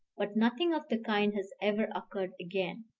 but nothing of the kind has ever occurred again.